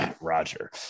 Roger